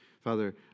Father